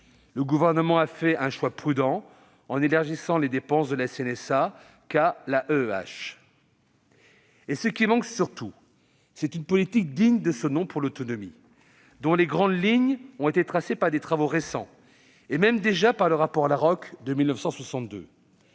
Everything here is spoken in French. Le Gouvernement a fait un choix prudent en n'élargissant les dépenses de la CNSA qu'à l'AEEH. Ce qui manque surtout, c'est une politique digne de ce nom pour l'autonomie, politique dont les grandes lignes ont été tracées par des travaux récents et même, déjà, par le rapport de la